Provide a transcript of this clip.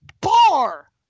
Bar